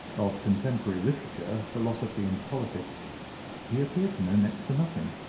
of contemporary literature, philosophy and politics he appeared to know next to nothing.